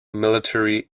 military